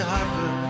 Harper